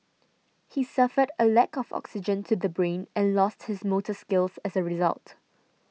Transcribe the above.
he suffered a lack of oxygen to the brain and lost his motor skills as a result